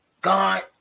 God